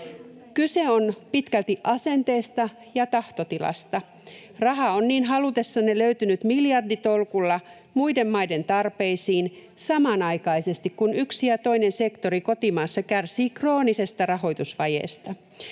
Kyse on pitkälti asenteista ja tahtotilasta. Rahaa on niin halutessanne löytynyt miljarditolkulla muiden maiden tarpeisiin samanaikaisesti, kun yksi ja toinen sektori kotimaassa kärsivät kroonisesta rahoitusvajeesta.